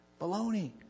Baloney